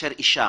אישה,